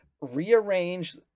rearrange